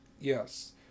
Yes